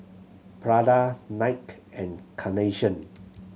Prada Nike and Carnation